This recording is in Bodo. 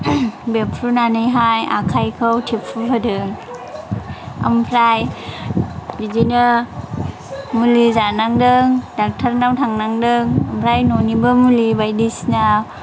बेफ्रुनानैहाय आखाइखौ थिफु होदों ओमफ्राय बिदिनो मुलि जानांदों डाक्टारनाव थांनांदों ओमफ्राय न'निबो मुलि बायदिसिना